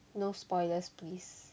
no spoilers please